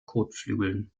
kotflügeln